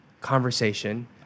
conversation